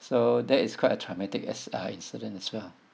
so that is quite a traumatic as uh incident as well